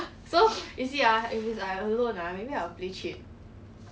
ya